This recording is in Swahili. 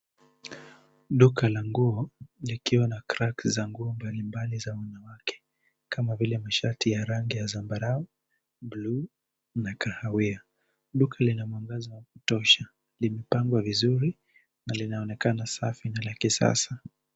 Duka la nguo likiwa na cracks za nguo mbalimbali za wanawake kama vile mashati ya rangi ya zambarau, buluu na kahawia. Duka lina mwangaza wa kutosha, limepangwa vizuri na linaonekana safi na la kisasa.